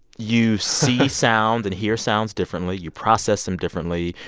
you see sound and hear sounds differently. you process them differently.